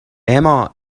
اما